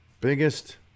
biggest